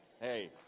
Hey